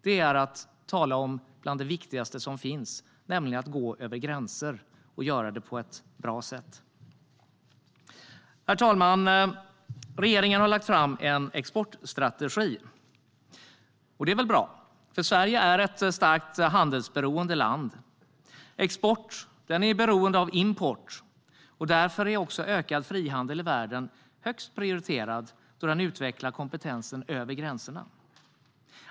Det är att tala om något som är bland det viktigaste som finns, nämligen att gå över gränser och göra det på ett bra sätt. Herr talman! Regeringen har lagt fram en exportstrategi. Och det är väl bra, för Sverige är ett starkt handelsberoende land. Export är beroende av import, och därför är också ökad frihandel i världen högst prioriterad, då den utvecklar kompetensen över gränserna.